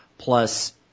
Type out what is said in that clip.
Plus